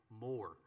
more